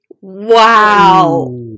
wow